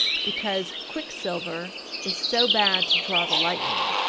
because quick-silver is so bad to draw the lightning.